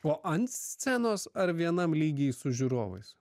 o ant scenos ar vienam lygį su žiūrovais